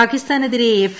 പാകിസ്ഥാനെതിരെ F